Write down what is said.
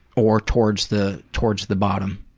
or towards the towards the bottom.